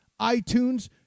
iTunes